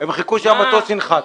הם חיכו שהמטוס ינחת.